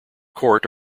court